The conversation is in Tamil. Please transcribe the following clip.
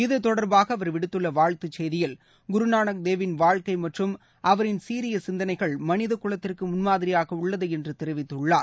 இது தொடர்பாக அவர விடுத்துள்ள வாழ்த்துச் செய்தியில் குருநானக் தேவின் வாழ்க்கை மற்றும் அவரின் சீரிய சிந்தனைகள் மனித குலத்திற்கு முன்மாதிரியாக உள்ளது என்று தெரிவித்துள்ளார்